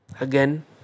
again